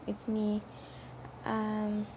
it's me um